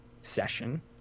session